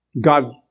God